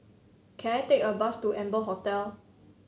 can I take a bus to Amber Hotel